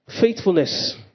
faithfulness